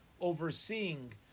overseeing